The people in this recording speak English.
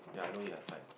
ya I know you've like